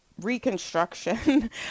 reconstruction